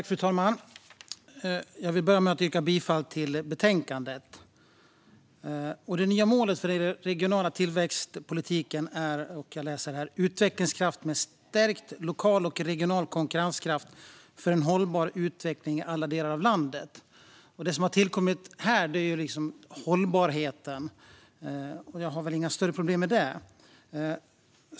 Fru talman! Jag vill börja med att yrka bifall till utskottets förslag i betänkandet. Det nya målet för den regionala tillväxtpolitiken är "utvecklingskraft med stärkt lokal och regional konkurrenskraft för en hållbar utveckling i alla delar av landet". Det som har tillkommit här är hållbarheten, och jag har väl inga större problem med det.